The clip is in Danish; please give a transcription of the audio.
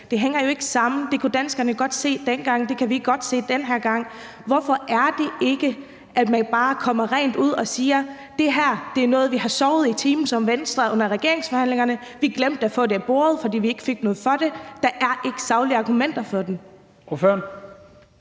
Det hænger jo ikke sammen. Det kunne danskerne godt se dengang, og det kan vi godt se den her gang. Hvorfor er det, at man ikke bare rent ud siger: Vi har i Venstre sovet i timen under regeringsforhandlingerne, vi glemte at få det af bordet, da vi ikke fik noget for det, og der er ikke saglige argumenter for det?